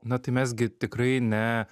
na tai mes gi tikrai ne